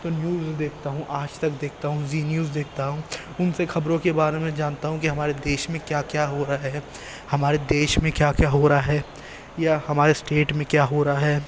تو نیوز دیکھتا ہوں آج تک دیکھتا ہوں زی نیوز دیکھتا ہوں ان سے خبروں کے بارے میں جانتا ہوں کہ ہمارے دیش میں کیا کیا ہو رہا ہے ہمارے دیش میں کیا کیا ہو رہا ہے یا ہمارے اسٹیٹ میں کیا ہو رہا ہے